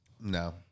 No